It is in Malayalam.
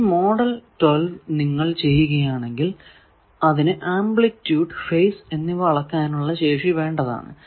ഈ മോഡൽ 12 നിങ്ങൾ ചെയ്യുകയാണെങ്കിൽ അതിനു ആംപ്ലിറ്റൂഡ് ഫേസ് എന്നിവ അളക്കാനുള്ള ശേഷി വേണ്ടതാണ്